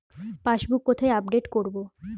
Passbook কোথায় update করব?